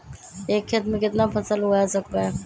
एक खेत मे केतना फसल उगाय सकबै?